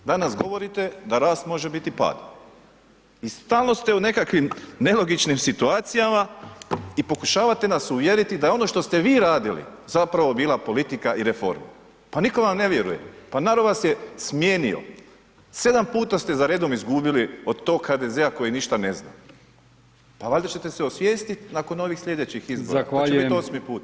Danas govorite da rast može biti pad i stalno ste u nekakvim nelogičnim situacijama i pokušavate nas uvjeriti da je ono što ste vi radili zapravo bila politika i reforma, pa nitko vam ne vjeruje, pa narod vas je smijenio, 7 puta ste zaredom izgubili od tog HDZ-a koji ništa ne zna, pa valjda ćete se osvijestit nakon ovih slijedećih izbora [[Upadica: Zahvaljujem…]] to će biti osmi put.